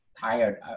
tired